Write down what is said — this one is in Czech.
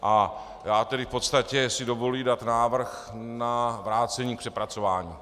Já tedy v podstatě si dovoluji dát návrh na vrácení k přepracování.